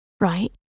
right